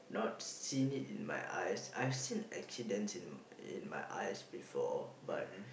not seen it in my eyes I've seen accidents in in my eyes before but